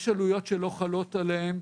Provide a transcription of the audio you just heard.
יש עלויות שלא חלות עליהם,